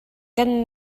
kan